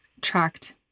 tracked